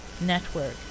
network